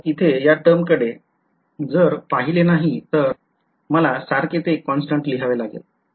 तर इथे या टर्म कडे जर पाहिले नाही तर मला सारखे ते कॉन्स्टन्ट लिहावे लागेल